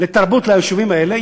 לתרבות ליישובים האלה,